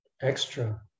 extra